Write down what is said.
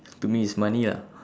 to me is money lah